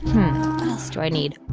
else do i need?